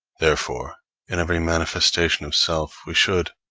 therefore in every manifestation of self we should,